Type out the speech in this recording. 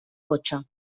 cotxe